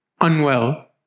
unwell